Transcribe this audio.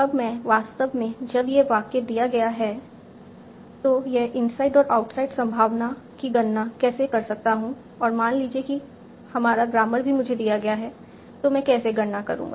अब मैं वास्तव में जब यह वाक्य दिया गया है तो यह इनसाइड और आउटसाइड संभावना की गणना कैसे कर सकता हूं और मान लीजिए कि हमारा ग्रामर भी मुझे दिया गया है तो मैं कैसे गणना करूं